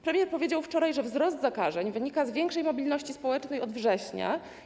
Premier powiedział wczoraj, że wzrost zakażeń wynika z większej mobilności społecznej od września.